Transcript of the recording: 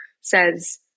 says